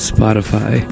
Spotify